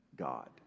god